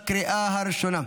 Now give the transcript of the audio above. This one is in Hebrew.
לקריאה הראשונה.